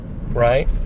right